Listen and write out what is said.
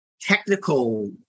technical